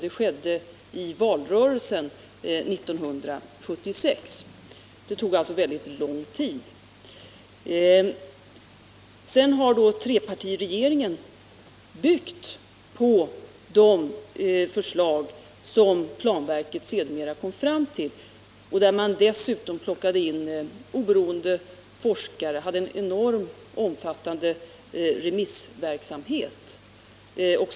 Detta skedde först i valrörelsen 1976 — det tog alltså väldigt lång tid. På de förslag som planverket sedermera kom fram till har trepartiregeringen sedan byggt och dessutom satt in oberoende forskare. Vidare gjordes remissverksamheten enormt omfattande.